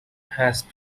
has